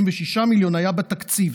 36 מיליון שהיו בתקציב,